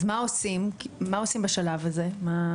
אז מה עושים בשלב הזה?